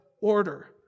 order